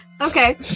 okay